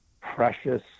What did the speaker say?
precious